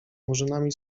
murzynami